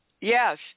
Yes